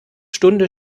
stunde